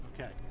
Okay